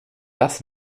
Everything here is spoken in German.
das